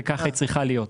וכך היא צריכה להיות.